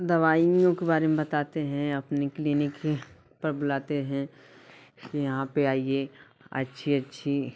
दवाइयों के बार में बताते हैं अपनी क्लिनिक ही पर बुलाते हैं कि यहाँ पे आइए अच्छी अच्छी